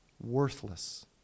Worthless